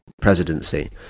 presidency